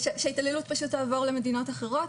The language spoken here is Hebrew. שההתעללות פשוט תעבור למדינות אחרות,